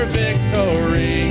victory